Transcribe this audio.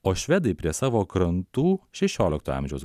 o švedai prie savo krantų šešiolikto amžiaus